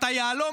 אתה יהלום,